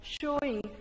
showing